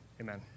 Amen